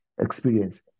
experience